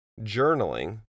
journaling